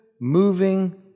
moving